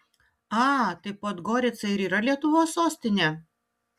a tai podgorica ir yra lietuvos sostinė